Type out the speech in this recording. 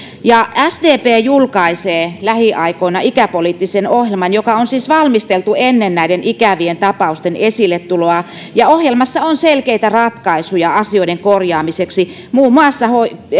sdp julkaisee lähiaikoina ikäpoliittisen ohjelman joka on siis valmisteltu ennen näiden ikävien tapausten esilletuloa ja ohjelmassa on selkeitä ratkaisuja asioiden korjaamiseksi muun muassa